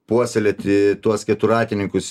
puoselėti tuos keturatininkus